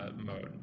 mode